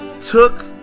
took